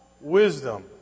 wisdom